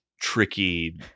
tricky